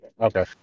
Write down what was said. Okay